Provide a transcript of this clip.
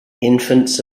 infants